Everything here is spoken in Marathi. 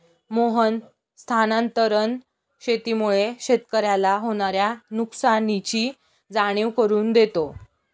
मोहन स्थानांतरण शेतीमुळे शेतकऱ्याला होणार्या नुकसानीची जाणीव करून देतो